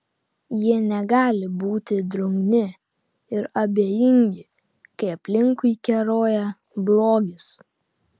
jie negali būti drungni ir abejingi kai aplinkui keroja blogis